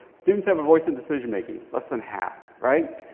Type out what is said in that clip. students have a voice in decision-making. less than half, right?